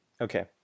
Okay